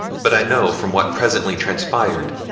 but i know from what presently transpired,